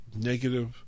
negative